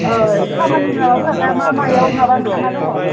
अह खामानि माबाफोरा दा मा मायाव ओंखारना दङ